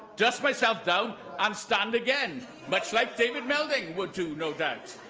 dust myself down, and stand again much like david melding would do, no doubt.